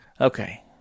Okay